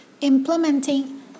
Implementing